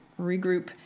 regroup